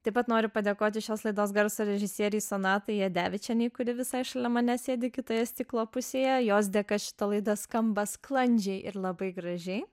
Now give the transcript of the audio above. taip pat noriu padėkoti šios laidos garso režisierei sonatai jadevičienei kuri visai šalia manęs sėdi kitoje stiklo pusėje jos dėka šita laida skamba sklandžiai ir labai gražiai